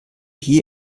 hier